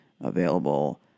available